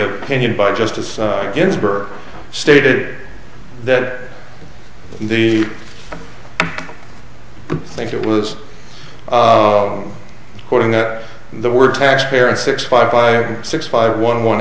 opinion by justice ginsburg stated that the think it was according to the word taxpayer and six five five six five one one